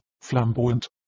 flamboyant